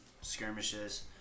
skirmishes